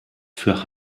für